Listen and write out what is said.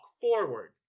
forward